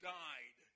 died